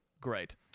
great